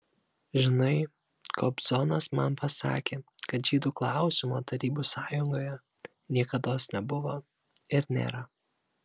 žinai kobzonas man pasakė kad žydų klausimo tarybų sąjungoje niekados nebuvo ir nėra